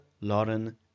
Lauren